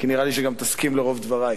כי נראה לי שגם תסכים לרוב דברי.